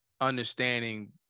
understanding